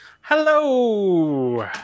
Hello